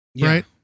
right